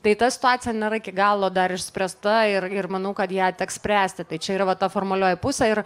tai ta situacija nėra iki galo dar išspręsta ir ir manau kad ją teks spręsti tai čia yra va ta formalioji pusė ir